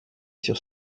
sur